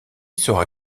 sera